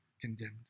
condemned